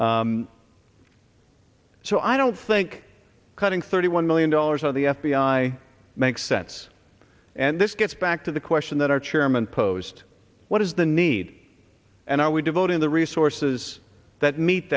so i don't think cutting thirty one million dollars on the f b i makes sense and this gets back to the question that our chairman posed what is the need and are we devoting the resources that meet